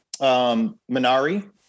Minari